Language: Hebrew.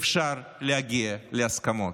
אפשר להגיע להסכמות.